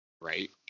Right